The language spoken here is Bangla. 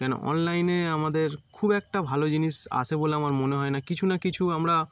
কেন অনলাইনে আমাদের খুব একটা ভালো জিনিস আসে বলে আমার মনে হয় না কিছু না কিছু আমরা